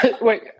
Wait